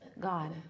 God